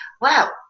Wow